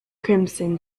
crimson